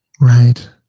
Right